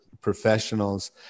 professionals